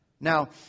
Now